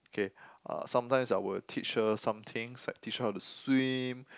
okay uh sometimes I would teach her some things like teach her how to swim